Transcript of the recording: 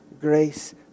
grace